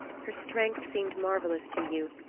her strength seemed marvelous to you,